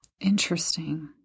Interesting